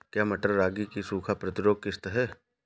क्या मटर रागी की सूखा प्रतिरोध किश्त है?